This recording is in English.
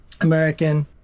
American